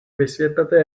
vysvětlete